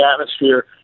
atmosphere